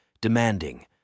demanding